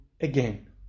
again